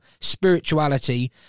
spirituality